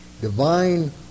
divine